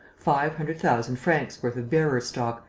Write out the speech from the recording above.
five hundred thousand francs' worth of bearer-stock,